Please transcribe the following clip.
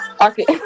Okay